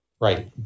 Right